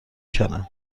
کنم